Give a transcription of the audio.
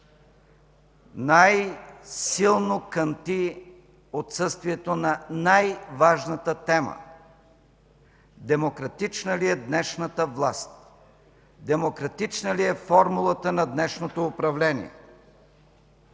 Най-силно кънти отсъствието на най-важната тема демократична ли е днешната власт, демократична ли е формулата на днешното управление.